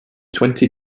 twenty